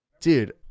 Dude